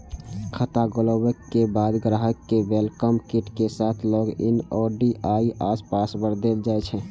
खाता खोलाबे के बाद ग्राहक कें वेलकम किट के साथ लॉग इन आई.डी आ पासवर्ड देल जाइ छै